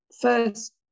first